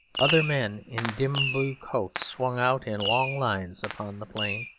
other men in dim blue coats swung out in long lines upon the plain,